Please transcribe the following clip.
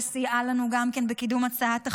שסייעה לנו גם כן בקידום הצעת החוק,